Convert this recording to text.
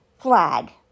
flag